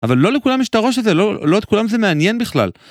אבל לא לכולם יש את הראש הזה, לא, לא את כולם זה מעניין בכלל.